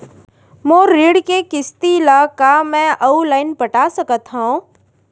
मोर ऋण के किसती ला का मैं अऊ लाइन पटा सकत हव?